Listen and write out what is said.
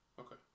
Okay